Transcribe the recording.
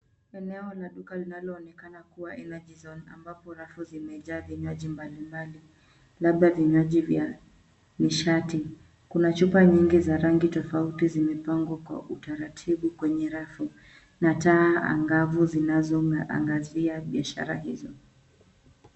Eneo la duka linaloonekana kuwa energy zone ambapo rafu zimejaa vinywaji mbalimbali labda vinywaji vya nishati. Kuna chupa nyingi za rangi tofauti zimepangwa kwa utaratibu kwenye rafu na taa angavu zinazoangazia biashara hizo.